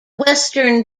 western